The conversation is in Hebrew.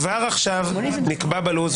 כבר עכשיו נקבע בלו"ז,